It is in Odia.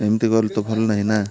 ଏମିତି ଗଲେ ତ ଭଲ ନାହିଁ ନା